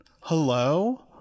hello